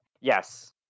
yes